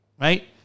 right